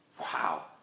Wow